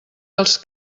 els